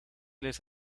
les